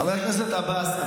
חבר הכנסת עבאס,